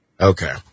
Okay